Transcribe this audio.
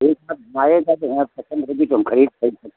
ठीक आप घुमाइएगा जो हमें पसंद रहगी तो हम ख़रीद ख़रीद